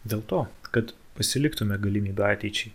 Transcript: dėl to kad pasiliktume galimybę ateičiai